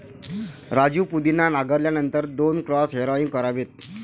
राजू पुदिना नांगरल्यानंतर दोन क्रॉस हॅरोइंग करावेत